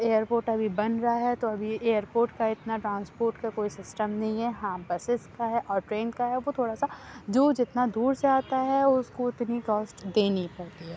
year port ابھی بن رہا ہے تو ابھی ایئر ورٹ کا اتنا ٹرانسپورٹ کا کوئی سسٹم نہیں ہے ہاں بسس کا ہے اور ٹرین کا ہے وہ تھوڑا سا جو جتنا دور سے آتا ہے اُس کو اتنی کاسٹ دینی پڑتی ہے